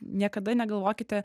niekada negalvokite